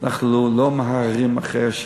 אנחנו לא מהרהרים אחרי ה'.